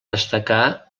destacar